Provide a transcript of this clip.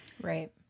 Right